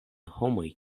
homoj